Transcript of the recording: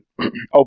open